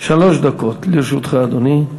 שלוש דקות לרשותך, אדוני.